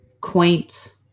quaint